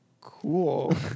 cool